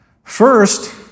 First